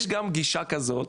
יש גם גישה כזאת,